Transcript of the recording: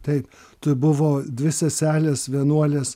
taip tai buvo dvi seselės vienuolės